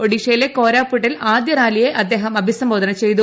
ഒഡീഷയിലെ കോരാപുട്ടിൽ ആദ്യറാലിയെ അദ്ദേഹം അഭിസംബോധന ചെയ്തു